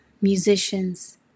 musicians